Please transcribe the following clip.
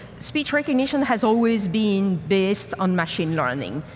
speech recognition has always been based on machine learning.